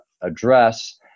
address